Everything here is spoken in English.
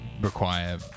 Require